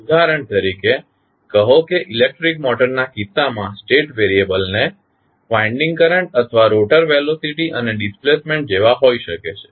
ઉદાહરણ તરીકે કહો કે ઇલેક્ટ્રિક મોટર ના કિસ્સામાં સ્ટેટ વેરીયબલ એ વાઇન્ડિંગ કરંટ અથવા રોટર વેલોસીટી અને ડિસ્પ્લેસમેન્ટ જેવા હોઈ શકે છે